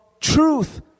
truth